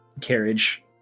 carriage